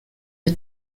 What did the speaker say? une